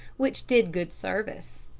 which did good service.